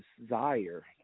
desire